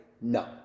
no